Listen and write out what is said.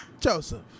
Joseph